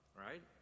right